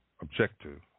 objective